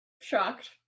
shocked